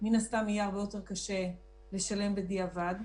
מן הסתם יהיה הרבה יותר קשה לשלם בדיעבד.